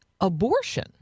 abortion